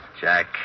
Jack